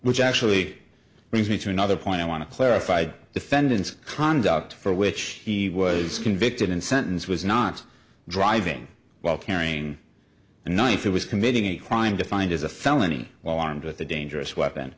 which actually brings me to another point i want to clarify defendants conduct for which he was convicted and sentence was not driving while carrying a knife he was committing a crime defined as a felony while armed with a dangerous weapon